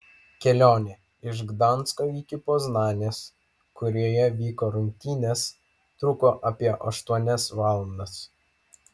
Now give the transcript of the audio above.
kelionė iš gdansko iki poznanės kurioje vyko rungtynės truko apie aštuonias valandas